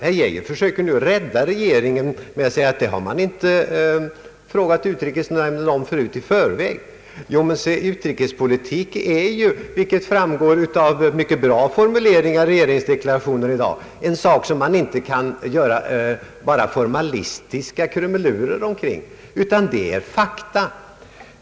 Herr Geijer försöker nu rädda regeringen genom att framhålla att man inte tidigare frågat utrikesnämnden om sådana saker i förväg, men utrikespolitik är ju, vilket framgår av mycket goda formuleringar i regeringsdeklarationen, något som man inte kan göra formalistiska krumelurer omkring, utan det är fakta.